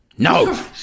No